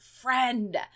friend